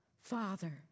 Father